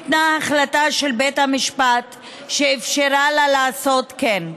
ניתנה החלטה של בית המשפט שאפשרה לה לעשות כן.